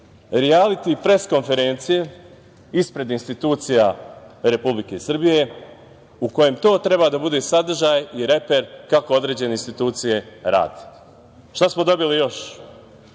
rijaliti pres-konferencije ispred institucija Republike Srbije u kojem to treba da bude sadržaj i reper kako određene institucije rade. Šta smo dobili još?